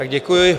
Děkuji.